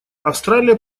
австралия